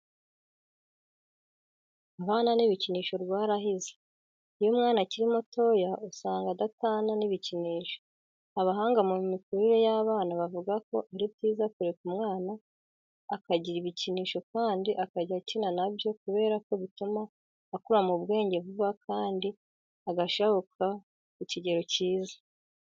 Abana n'ibikinisho rwarahize. Iyo umwana akiri mutoya usanga adatana n'ibikinisho. Abahanga mu mikurire y'abana bavuga ko ari byiza kureka umwana akagira ibikinisho kandi akajya akina na byo kubera ko bituma akura mu bwenge vuba kandi agashabuka ku kigero cyiza.